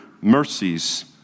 mercies